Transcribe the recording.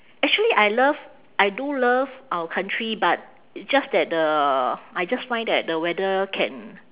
actually I love I do love our country but just that the I just find that the weather can